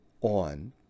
on